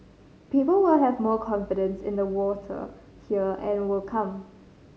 people will have more confidence in the water here and will come